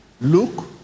look